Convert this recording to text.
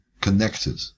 connected